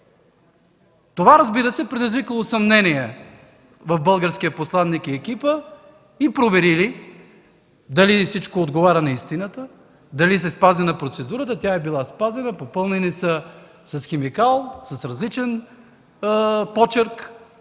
Това, разбира се, е предизвикало съмнения у българския посланик и екипа му и проверили дали всичко отговаря на истината, дали е спазена процедурата. Процедурата е била спазена, били са попълнени с химикал, с различен почерк.